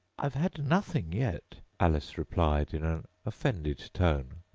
i've had nothing yet alice replied in an offended tone,